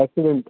accident